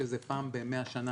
שזה פעם ב-100 שנה,